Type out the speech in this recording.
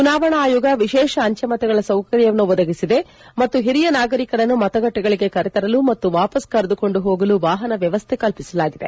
ಚುನಾವಣಾ ಆಯೋಗ ವಿಶೇಷ ಅಂಜೆ ಮತಗಳ ಸೌಕರ್ಯವನ್ನು ಒದಗಿಸಿದೆ ಮತ್ತು ಹಿರಿಯ ನಾಗರಿಕರನ್ನು ಮತಗಟ್ಟೆಗಳಿಗೆ ಕರೆತರಲು ಮತ್ತು ವಾಪಸ್ ಕರೆದುಕೊಂಡು ಹೋಗಲು ವಾಹನ ವ್ವವಸ್ಲೆ ಕಲ್ಲಿಸಿದೆ